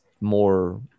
more